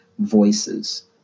Voices